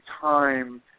time